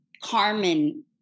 Carmen